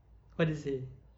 what did they say